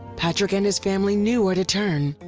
patrick and his family knew where to turn.